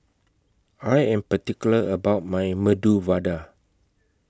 I Am particular about My Medu Vada